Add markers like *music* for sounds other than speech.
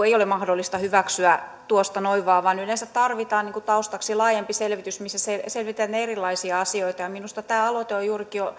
*unintelligible* ei ole mahdollista hyväksyä tuosta noin vain vaan yleensä tarvitaan taustaksi laajempi selvitys missä selvitetään erilaisia asioita minusta tämä aloite on juurikin